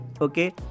okay